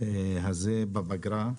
הזה בפגרה.